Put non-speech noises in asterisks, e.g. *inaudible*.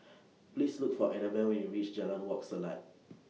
*noise* Please Look For Anabel when YOU REACH Jalan Wak Selat *noise*